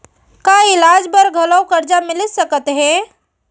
का इलाज बर घलव करजा मिलिस सकत हे?